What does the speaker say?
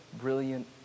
brilliant